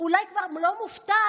אולי כבר לא מופתעת.